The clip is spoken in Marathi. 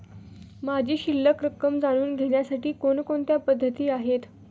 माझी शिल्लक रक्कम जाणून घेण्यासाठी कोणकोणत्या पद्धती आहेत?